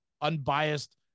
unbiased